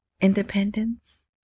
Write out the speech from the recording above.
independence